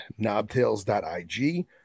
knobtails.ig